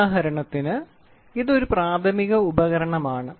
ഉദാഹരണത്തിന് ഇത് ഒരു പ്രാഥമിക ഉപകരണമാണ്